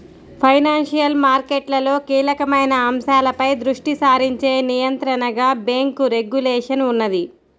financial మార్కెట్లలో కీలకమైన అంశాలపై దృష్టి సారించే నియంత్రణగా బ్యేంకు రెగ్యులేషన్ ఉన్నది